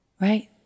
right